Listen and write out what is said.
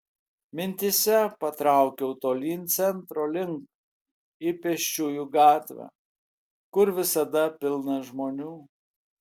mintyse patraukiau tolyn centro link į pėsčiųjų gatvę kur visada pilna žmonių